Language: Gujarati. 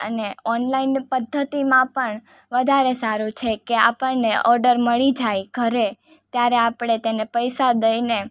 અને ઓનલાઈન પદ્ધતિમાં પણ વધારે સારું છે કે આપણને ઓર્ડર મળી જાય ઘરે ત્યારે આપણે તેને પૈસા દઈને